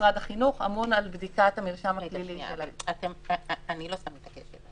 משרד החינוך אמון על בדיקת המרשם על ידי --- אני לא סתם מתעקשת.